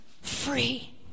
free